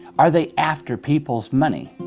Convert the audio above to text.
are they after people's money?